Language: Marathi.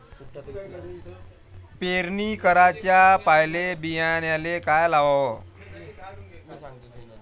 पेरणी कराच्या पयले बियान्याले का लावाव?